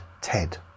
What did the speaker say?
Ted